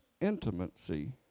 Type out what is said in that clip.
Intimacy